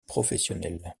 professionnel